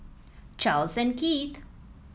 Charles and Keith